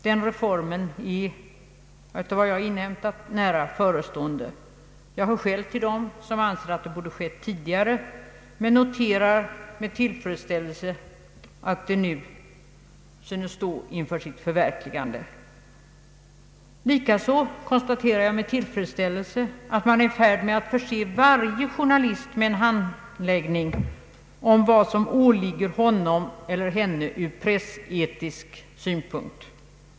Den reformen är, enligt vad jag har inhämtat, nära förestående. Jag hör själv till dem som ansett att det borde ha skett tidigare och noterar med tillfredsställelse att reformen nu synes stå inför ett förverkligande. Likaså konslaterar jag med tillfredsställelse att man är i färd med att förse varje journalist med en handledning om vad som åligger honom eller henne ur pressetisk synpunkt.